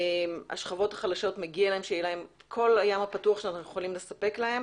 לשכבות החלשות מגיע שיהיה להם את כל הים הפתוח שאנחנו יכולים לספק להם